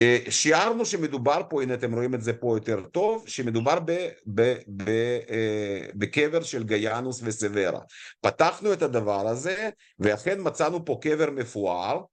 שיערנו שמדובר פה, הנה אתם רואים את זה פה יותר טוב, שמדובר בקבר של גיאנוס וסברה. פתחנו את הדבר הזה, ואכן מצאנו פה קבר מפואר.